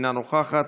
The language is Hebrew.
אינה נוכחת,